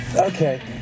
Okay